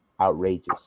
outrageous